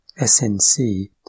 SNC